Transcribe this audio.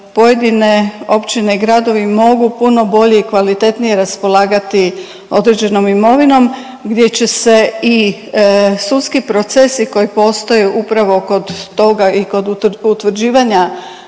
pojedine općine i gradovi mogu puno bolje i kvalitetnije raspolagati određenom imovinom gdje će se i sudski procesi koji postoje upravo kod toga i kod utvrđivanja